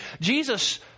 Jesus